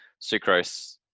sucrose